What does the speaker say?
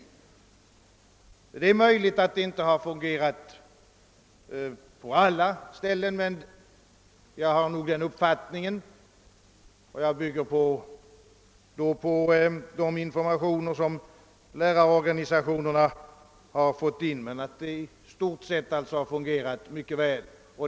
Det är möjligt att den inte har fungerat lika bra på alla håll, men min uppfattning är — och jag bygger den på de informationer som lärarorganisationerna har fått in —, att verksamheten i stort sett har förlöpt mycket bra.